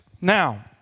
Now